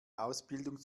ausbildung